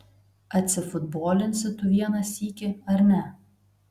atsifutbolinsi tu vieną sykį ar ne